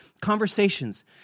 conversations